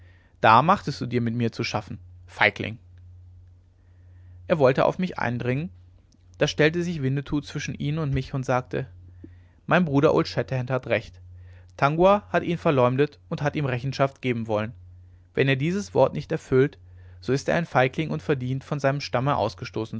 da machtest du dir mit mir zu schaffen feigling er wollte auf mich eindringen da stellte sich winnetou zwischen ihn und mich und sagte mein bruder old shatterhand hat recht tangua hat ihn verleumdet und hat ihm rechenschaft geben wollen wenn er dieses wort nicht erfüllt so ist er ein feigling und verdient von seinem stamme ausgestoßen